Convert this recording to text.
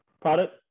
product